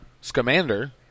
Scamander